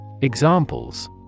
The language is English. Examples